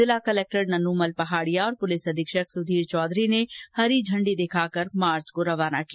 जिला कलेक्टर नन्न मल पहाडिया और पुलिस अधीक्षक संधीर चौधरी ने हरी झंडी दिखाकर मार्च को रवाना किया